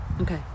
Okay